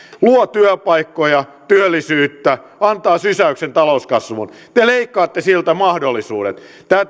luo työpaikkoja työllisyyttä antaa sysäyksen talouskasvuun te leikkaatte siltä mahdollisuudet tämä